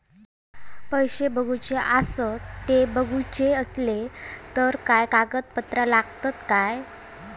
पैशे कीतके आसत ते बघुचे असले तर काय कागद पत्रा लागतात काय?